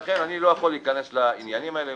לכן אני לא יכול להיכנס לעניינים האלה.